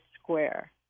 square